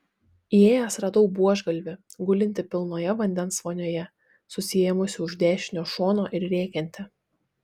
įėjęs radau buožgalvį gulintį pilnoje vandens vonioje susiėmusį už dešinio šono ir rėkiantį